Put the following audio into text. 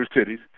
cities